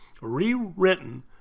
rewritten